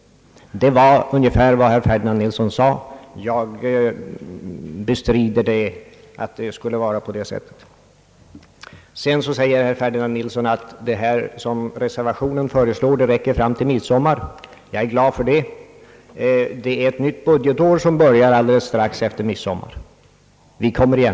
Det var dock ungefär vad herr Ferdinand Nilsson sade. Jag bestrider att det skulle förhålla sig så som herr Nilssons ord föll. Herr Ferdinand Nilsson säger att det belopp som reservanterna föreslår räcker till midsommar. Jag är glad för det; ett nytt budgetår börjar strax efter midsommar. Vi kommer igen.